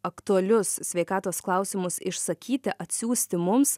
aktualius sveikatos klausimus išsakyti atsiųsti mums